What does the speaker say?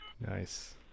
Nice